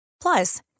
Plus